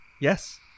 Yes